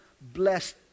Blessed